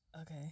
Okay